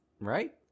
Right